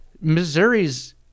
Missouri's